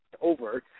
over